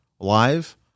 live